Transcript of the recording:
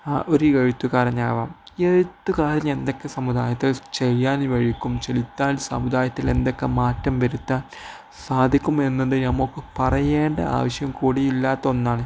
ആ ഒരു എഴുത്തുകാരനാവാം എഴുത്തുകാരന് എന്തൊക്കെ സമുദായത്തിൽ ചെയ്യാൻ വഴിക്കും ചെലുത്താൽ സമുദായത്തിൽ എന്തൊക്കെ മാറ്റം വരുത്താൻ സാധിക്കും എന്നത് നമുക്ക് പറയേണ്ട ആവശ്യം കൂടിയില്ലാത്ത ഒന്നാണ്